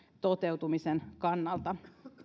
toteutumisen kannalta